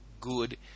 good